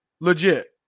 legit